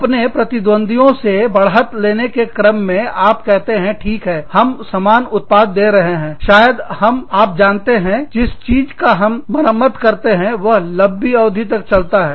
अपने प्रतिद्वंदी से बढ़त लेने के क्रम में आप कहते हैं ठीक है हम समान उत्पाद दे रहे हैं शायद हम आप जानते हैं जिस चीज का हम मरम्मत करते हैं वह लंबी अवधि तक चलता है